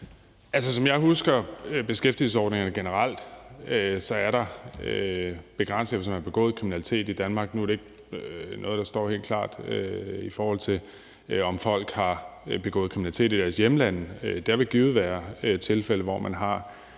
Som jeg husker beskæftigelsesordningerne generelt, er der begrænsninger, hvis man har begået kriminalitet i Danmark. Nu er det ikke noget, der står helt klart, i forhold til hvis folk har begået kriminalitet i deres hjemlande. Der vil givet være tilfælde, hvor man har